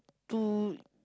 to